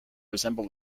resemble